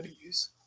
use